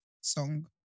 song